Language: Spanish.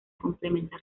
complementar